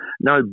No